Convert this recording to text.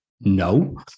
no